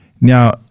Now